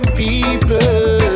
people